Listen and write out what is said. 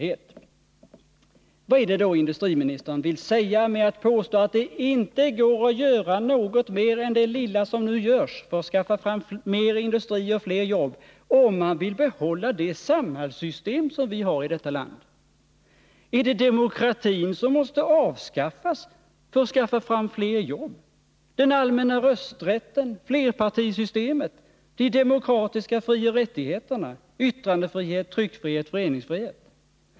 Vad är det då industriministern vill säga med att påstå att det inte går att göra något mer än det lilla som nu görs för att skaffa fram mer industri och fler jobb — om man vill behålla det samhällssystem som vi har i detta land? Är det demokratin som måste avskaffas för att fler jobb skall skaffas fram, är det den allmänna rösträtten, flerpartisystemet, de demokratiska frioch rättigheterna — yttrandefrihet, tryckfrihet, föreningsfrihet?